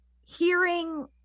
hearing